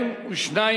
סעיף 1,